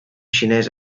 xinès